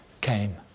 came